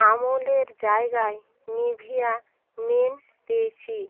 আমুলের জায়গায় Nivea men পেয়েছি